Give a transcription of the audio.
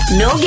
no